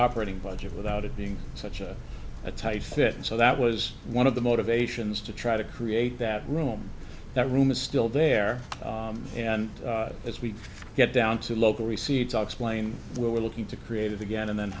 operating budget without it being such a tight fit and so that was one of the motivations to try to create that room that room is still there and as we get down to local receipts i explain where we're looking to create it again and then